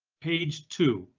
page two